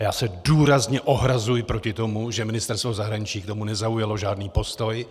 Já se důrazně ohrazuji proti tomu, že Ministerstvo zahraničí k tomu nezaujalo žádný postoj.